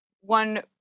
one